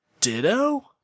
Ditto